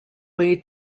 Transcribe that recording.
way